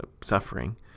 suffering